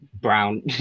brown